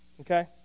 okay